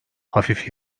hafif